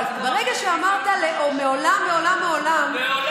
אבל ברגע שאמרת "מעולם מעולם מעולם לא",